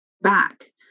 back